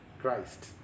Christ